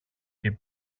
και